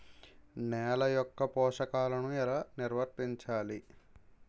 నెల యెక్క పోషకాలను ఎలా నిల్వర్తించాలి